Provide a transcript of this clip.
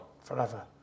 Forever